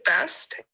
best